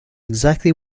exactly